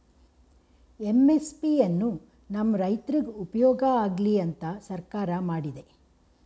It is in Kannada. ಎಂ.ಎಸ್.ಪಿ ಎನ್ನು ನಮ್ ರೈತ್ರುಗ್ ಉಪ್ಯೋಗ ಆಗ್ಲಿ ಅಂತ ಸರ್ಕಾರ ಮಾಡಿದೆ